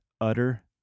utter